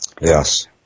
Yes